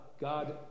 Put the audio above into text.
God